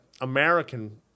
American